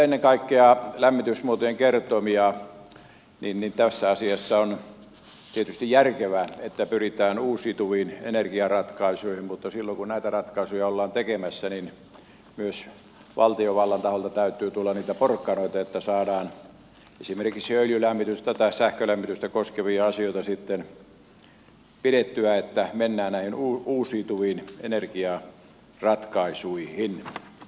ennen kaikkea tässä asiassa on tietysti järkevää että pyritään uusiutuviin energiaratkaisuihin mutta silloin kun näitä ratkaisuja ollaan tekemässä niin myös valtiovallan taholta täytyy tulla niitä porkkanoita että saadaan esimerkiksi öljylämmitystä tai sähkölämmitystä koskevia asioita sitten pidettyä esillä ja että mennään näihin uusiutuviin energiaratkaisuihin